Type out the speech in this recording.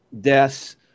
deaths